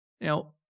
Now